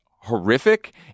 horrific